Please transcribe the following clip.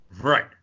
Right